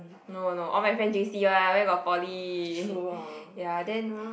no no no all my friend j_c one where got Poly ya then